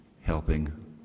helping